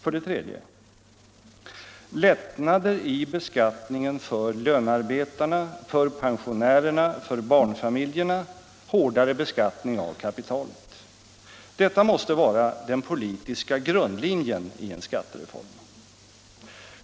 För det tredje: Lättnader i beskattningen för lönarbetarna, för pensionärerna, för barnfamiljerna — hårdare beskattning av kapitalet. Detta måste vara den politiska grundlinjen i en skattereform.